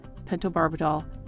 pentobarbital